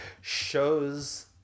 shows